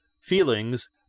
feelings